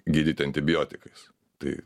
gydyti antibiotikais tai